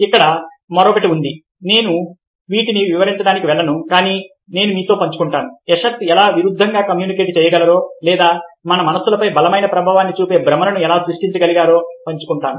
ఇక్కడ మరొకటి ఉంది నేను వీటిని వివరించడానికి వెళ్ళను కానీ నేను మీతో పంచుకుంటాను ఎషర్స్ ఎలా విరుద్ధంగా కమ్యూనికేట్ చేయగలరో లేదా మన మనస్సులపై బలమైన ప్రభావాన్ని చూపే భ్రమలను ఎలా సృష్టించారో పంచుకుంటాను